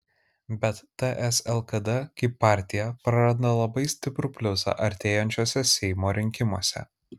bet ts lkd kaip partija praranda labai stiprų pliusą artėjančiuose seimo rinkimuose